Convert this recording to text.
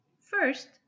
First